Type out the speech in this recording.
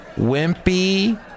Wimpy